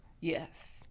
Yes